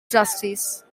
trustees